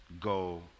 go